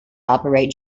operate